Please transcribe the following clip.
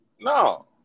No